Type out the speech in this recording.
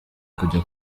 kujya